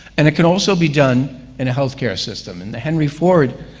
and it could also be done in a healthcare system. and the henry ford